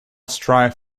strive